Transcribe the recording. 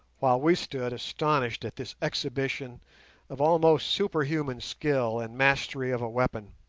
while we stood astonished at this exhibition of almost superhuman skill and mastery of a weapon.